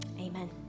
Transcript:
Amen